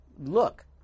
Look